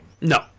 No